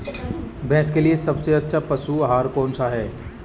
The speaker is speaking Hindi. भैंस के लिए सबसे अच्छा पशु आहार कौनसा है?